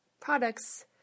products